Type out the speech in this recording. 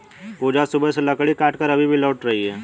पूजा सुबह से लकड़ी काटकर अभी लौट रही है